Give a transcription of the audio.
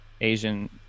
Asian